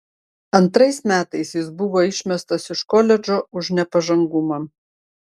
antrais metais jis buvo išmestas iš koledžo už nepažangumą